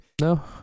no